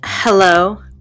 Hello